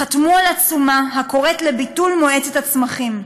חתמו על עצומה הקוראת לביטול מועצת הצמחים.